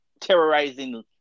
terrorizing